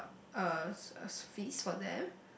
uh a feast for them